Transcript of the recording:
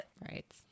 right